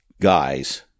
guys